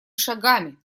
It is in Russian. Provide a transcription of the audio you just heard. шагами